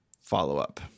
follow-up